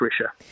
pressure